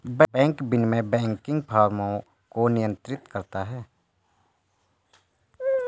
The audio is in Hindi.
बैंक विनियमन बैंकिंग फ़र्मों को नियंत्रित करता है